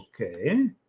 Okay